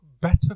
better